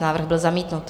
Návrh byl zamítnut.